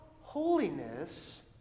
holiness